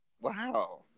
Wow